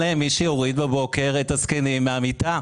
להם מי שיוריד בבוקר את הזקנים מהמיטה.